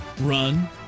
run